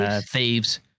thieves